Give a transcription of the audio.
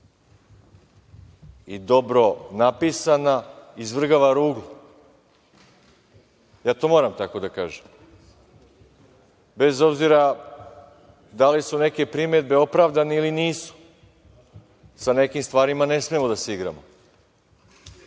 i dobro napisana, izvrgava ruglu. Ja to moram tako da kažem, bez obzira da li su neke primedbe opravdane ili nisu, sa nekim stvarima ne smemo da se igramo. Ovde